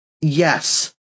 Yes